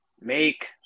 make